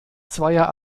zweier